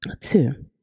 Two